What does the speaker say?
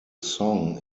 song